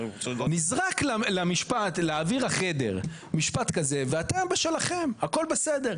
נזרק לאוויר החדר משפט כזה ואתם בשלכם, הכול בסדר.